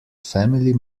family